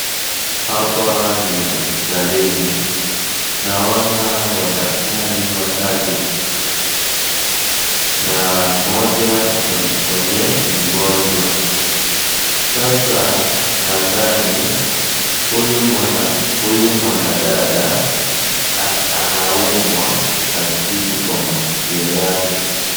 Hapa ni hospitalini, naona wadaktari watatu na mmoja mwenye ni mgonjwa. Sasa nadhani huyu mwanadada. Anaumwa, na kitu kwa masikio yake.